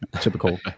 Typical